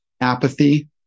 apathy